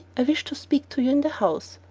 i wish to speak to you in the house,